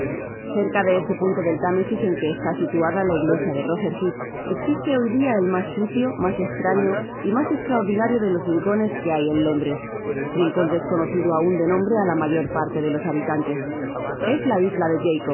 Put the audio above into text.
bkca de ese punto del támesis en que está situada la iglesia de rotherhühe existe hoy dia el mas sucio mas estraño y mas estraordinario de los rincones que hay en londres rincon desconocido aun de nombre á la mayor parte de sus habitantes en la isla de